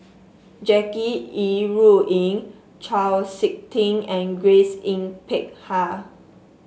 Jackie Yi Ru Ying Chau SiK Ting and Grace Yin Peck Ha